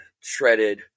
shredded